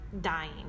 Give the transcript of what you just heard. dying